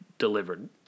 delivered